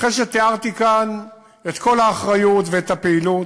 אחרי שתיארתי כאן את כל האחריות ואת הפעילות,